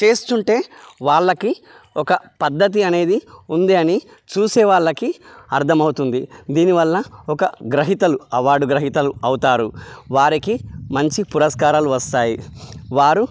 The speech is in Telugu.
చేస్తుంటే వాళ్ళకి ఒక పద్ధతి అనేది ఉంది అని చూసే వాళ్ళకి అర్థమవుతుంది దీనివల్ల ఒక గ్రహీతలు అవార్డు గ్రహీతలు అవుతారు వారికి మంచి పురస్కారాలు వస్తాయి వారు